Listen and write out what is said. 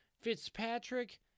Fitzpatrick